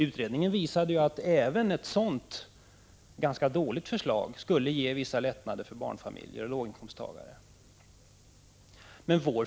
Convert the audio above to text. Utredningen visade att även ett sådant ganska dåligt förslag skulle ge barnfamiljer och låginkomsttagare vissa lättnader.